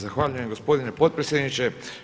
Zahvaljujem gospodine potpredsjedniče.